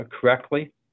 correctly